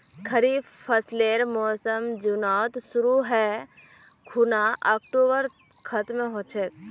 खरीफ फसलेर मोसम जुनत शुरु है खूना अक्टूबरत खत्म ह छेक